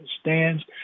stands